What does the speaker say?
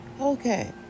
Okay